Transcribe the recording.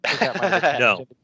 No